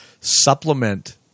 supplement